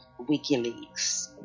Wikileaks